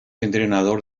entrenador